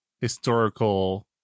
historical